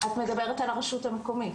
את מדברת על הרשות המקומית.